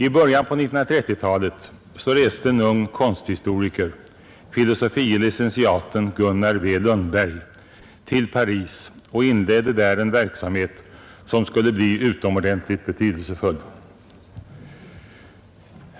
I början på 1930-talet reste en ung konsthistoriker, filosofie licentiaten Gunnar W. Lundberg, till Paris och inledde där en verksamhet som skulle bli utomordentligt betydelsefull.